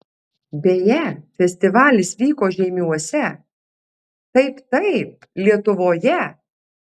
beje festivalis vyko žeimiuose taip taip lietuvoje